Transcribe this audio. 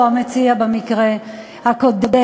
או המציע במקרה הקודם.